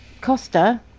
Costa